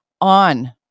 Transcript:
on